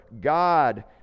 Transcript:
god